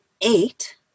eight